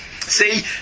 See